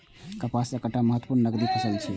कपास एकटा महत्वपूर्ण नकदी फसल छियै